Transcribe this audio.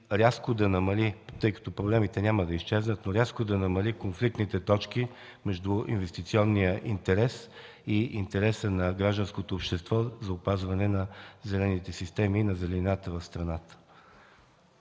рязко да намали, тъй като проблемите няма да изчезнат, но рязко да намали конфликтните точки между инвестиционния интерес и интереса на гражданското общество за опазване на зелените системи, на зеленината в страната.